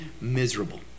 miserable